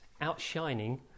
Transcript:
outshining